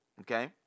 Okay